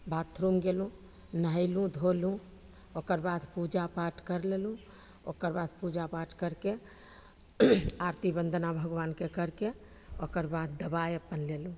bathroom गेलहुँ नहेलहुँ धोलहुँ ओकर बाद पूजा पाठ करि लेलहुँ ओकर बाद पूजा पाठ करिके आरती वन्दना भगवानके करिके ओकर बाद दवाइ अपन लेलहुँ